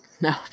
No